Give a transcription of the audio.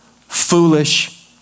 foolish